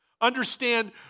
Understand